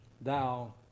thou